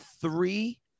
three